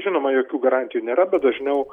žinoma jokių garantijų nėra bet dažniau